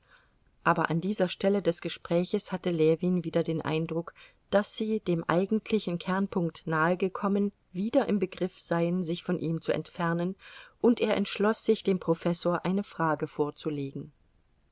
aber an dieser stelle des gespräches hatte ljewin wieder den eindruck daß sie dem eigentlichen kernpunkt nahe gekommen wieder im begriff seien sich von ihm zu entfernen und er entschloß sich dem professor eine frage vorzulegen